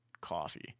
coffee